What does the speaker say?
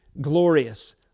glorious